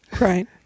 right